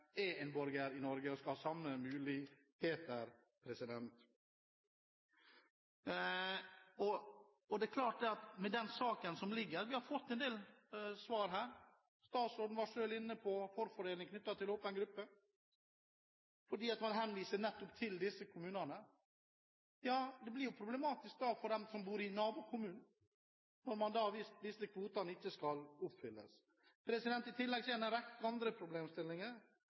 er en borger i Norge og skal ha samme muligheter? Når det gjelder den saken vi behandler, har vi fått en del svar. Statsråden var selv inne på forfordeling knyttet til åpen gruppe. Man henviser nettopp til disse kommunene. Det blir problematisk for dem som bor i nabokommunen, hvis kvotene ikke skal oppfylles. I tillegg er det en rekke andre problemstillinger